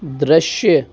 दृश्य